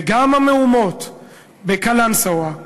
וגם המהומות בקלנסואה,